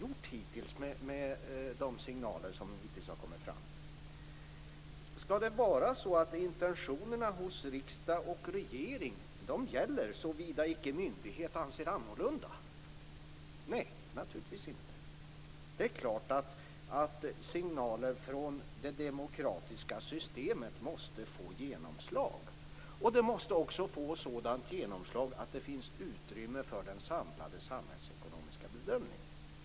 Jag tycker med ledning av de signaler som hittills har kommit inte att så varit fallet. Skall riksdagens och regeringens intentioner gälla såvida icke myndighet anser annorlunda? Nej, naturligtvis inte. Det är klart att signaler från det demokratiska systemet måste få genomslag. De måste också få sådant genomslag att det finns utrymme för den samlade samhällsekonomiska bedömningen.